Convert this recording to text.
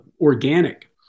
organic